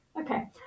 Okay